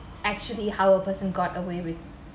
actually how a person got away with